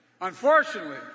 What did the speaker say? Unfortunately